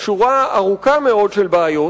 שורה ארוכה מאוד של בעיות,